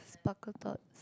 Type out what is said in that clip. sparkle thoughts